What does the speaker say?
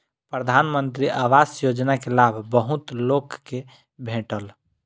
प्रधानमंत्री आवास योजना के लाभ बहुत लोक के भेटल